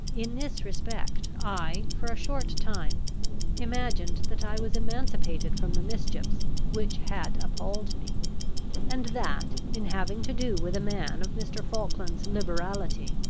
in this respect, i for a short time imagined that i was emancipated from the mischiefs which had appalled me and that, in having to do with a man of mr. falkland's liberality,